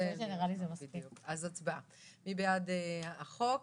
מי בעד החוק?